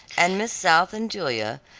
and miss south and julia,